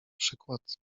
przykład